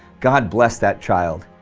god bless that child,